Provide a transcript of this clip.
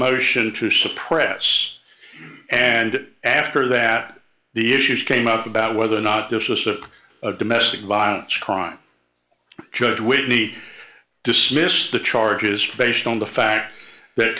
motion to suppress and after that the issues came up about whether or not this was a domestic violence crime judge whitney dismissed the charges based on the fact that